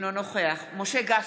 אינו נוכח משה גפני,